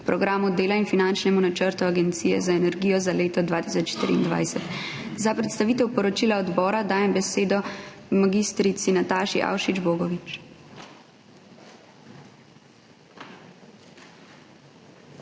Programu dela in finančnemu načrtu Agencije za energijo za leto 2023. Za predstavitev poročila odbora dajem besedo mag. Nataši Avšič Bogovič.